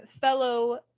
fellow